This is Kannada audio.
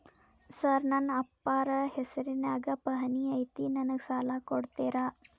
ಸರ್ ನನ್ನ ಅಪ್ಪಾರ ಹೆಸರಿನ್ಯಾಗ್ ಪಹಣಿ ಐತಿ ನನಗ ಸಾಲ ಕೊಡ್ತೇರಾ?